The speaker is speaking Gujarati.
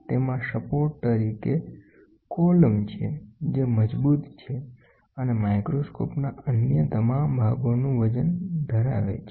તેમાં ટેકા તરીકે કોલમ છે જે મજબૂત છે અને માઇક્રોસ્કોપના અન્ય તમામ ભાગોનું વજન ધરાવે છે